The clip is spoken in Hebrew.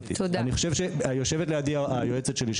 יושבת לידי היועצת שלי,